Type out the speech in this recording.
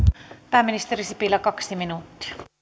pääministeri sipilä kaksi minuuttia